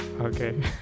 okay